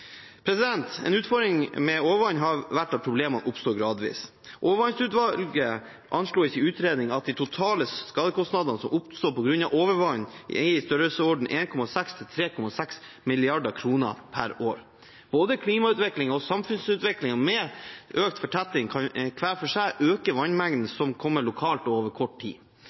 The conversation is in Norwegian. En utfordring med overvann har vært at problemene oppstår gradvis. Overvannsutvalget anslo i sin utredning at de totale skadekostnadene som oppstår på grunn av overvann, er i størrelsesordenen 1,6–3,6 mrd. kr per år. Både klimautviklingen og samfunnsutviklingen med økt fortetting kan hver for seg øke vannmengdene som kommer lokalt og over kort tid.